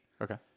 Okay